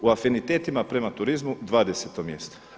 U afinitetima prema turizmu 20. mjesto.